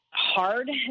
hard